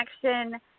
connection